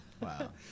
Wow